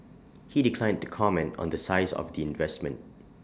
he declined to comment on the size of the investment